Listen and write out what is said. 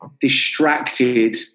distracted